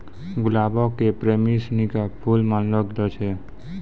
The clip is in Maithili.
गुलाबो के प्रेमी सिनी के फुल मानलो गेलो छै